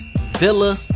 Villa